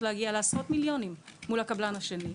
להגיע לעשרות-מיליונים מול הקבלן השני.